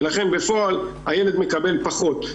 ולכן בפועל הילד מקבל פחות.